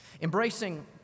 Embracing